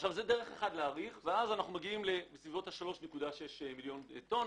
אנחנו הגענו ל- 3.6 מיליון טון.